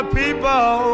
people